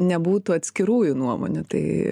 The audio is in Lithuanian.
nebūtų atskirųjų nuomonių tai